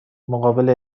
مقابل